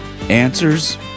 answers